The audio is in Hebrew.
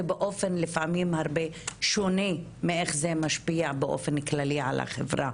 ולפעמים באופן שונה מאיך זה משפיע באופן כללי על החברה.